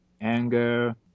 anger